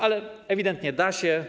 Ale ewidentnie da się.